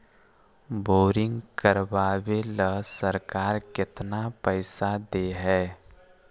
Boring करबाबे ल सरकार केतना पैसा दे है?